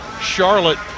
Charlotte